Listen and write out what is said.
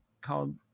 called